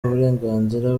uburenganzira